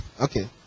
Okay